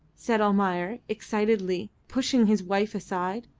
said almayer, excitedly, pushing his wife aside.